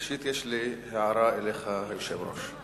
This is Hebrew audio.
ראשית יש לי הערה אליך, היושב-ראש.